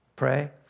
Pray